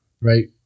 right